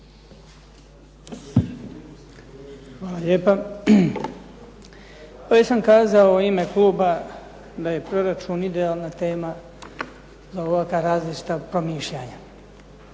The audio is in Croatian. Hvala lijepa. Pa već sam kazao u ime kluba da je proračun idealna tema za ovakva različita promišljanja,